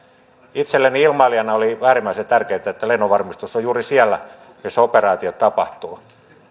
itselleni ilmailijana oli äärimmäisen tärkeätä että lennonvarmistus on juuri siellä missä operaatiot tapahtuvat